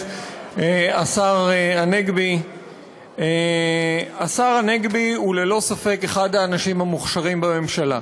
השר הנגבי הוא ללא ספק אחד האנשים המוכשרים בממשלה,